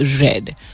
red